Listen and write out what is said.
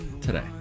today